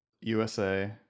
USA